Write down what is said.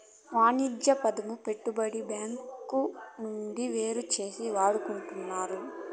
వాణిజ్య పదము పెట్టుబడి బ్యాంకు నుండి వేరుచేసి వాడుకుంటున్నారు